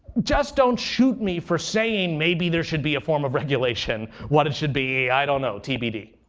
just don't shoot me for saying maybe there should be a form of regulation. what it should be i don't know. tbd.